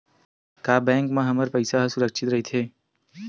का बैंक म हमर पईसा ह सुरक्षित राइथे?